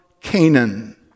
Canaan